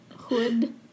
hood